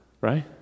Right